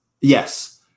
Yes